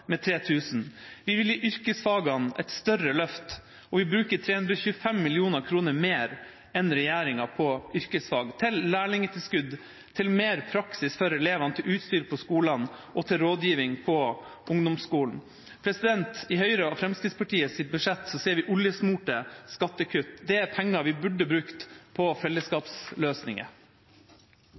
3 000. Vi vil gi yrkesfagene et større løft. Vi bruker 325 mill. kr mer enn regjeringa på yrkesfag, til lærlingtilskudd, til mer praksis for elevene, til utstyr på skolene og til rådgivning på ungdomsskolen. I Høyre og Fremskrittspartiets budsjett ser vi oljesmurte skattekutt. Det er penger vi burde brukt på fellesskapsløsninger.